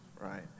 right